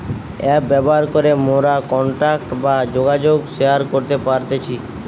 app ব্যবহার করে মোরা কন্টাক্ট বা যোগাযোগ শেয়ার করতে পারতেছি